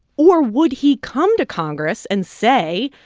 or would he come to congress and say,